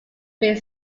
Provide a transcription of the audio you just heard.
being